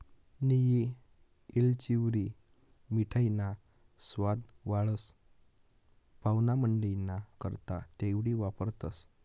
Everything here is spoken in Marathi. नियी येलचीवरी मिठाईना सवाद वाढस, पाव्हणामंडईना करता तेवढी वापरतंस